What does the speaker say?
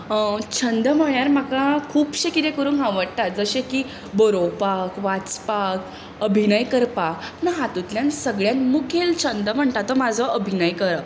छंद म्हळ्यार म्हाका खुबशें कितें करूंक आवडटा जशें की बरोवपाक वाचपाक अभिनय करपाक हातुंतल्यान सगळ्यांत मुखेल छंद म्हणटा तो म्हाजो अभिनय करप